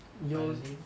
but leave